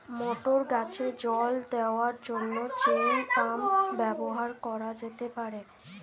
মটর গাছে জল দেওয়ার জন্য চেইন পাম্প ব্যবহার করা যেতে পার?